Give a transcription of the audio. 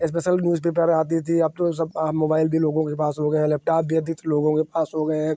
special newspaper आती थी अब तो सब मोबाइल भी लोगों के पास हो गए हैं लैपटॉप भी अधिक लोगों के पास हो गए हैं